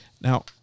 Now